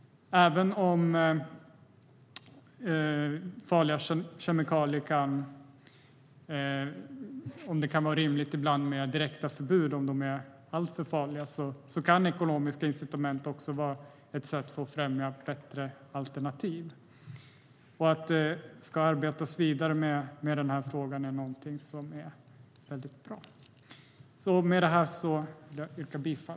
Det kan ibland vara rimligt med direkta förbud mot farliga kemikalier om de är alltför farliga, men ekonomiska incitament kan också vara ett sätt att främja bättre alternativ. Att det ska arbetas vidare med frågan är väldigt bra. Jag yrkar bifall till förslaget i betänkandet.